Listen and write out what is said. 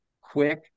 quick